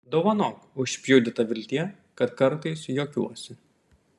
dovanok užpjudyta viltie kad kartais juokiuosi